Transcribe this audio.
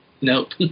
nope